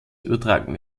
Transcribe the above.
übertragen